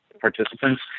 participants